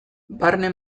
barne